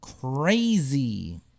crazy